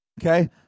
Okay